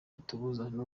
itubuzani